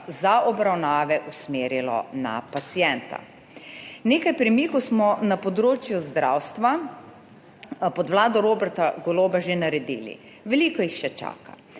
za obravnave usmerilo na pacienta. Nekaj premikov smo na področju zdravstva pod vlado Roberta Goloba že naredili, veliko jih še čaka.